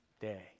day